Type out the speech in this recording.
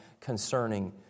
concerning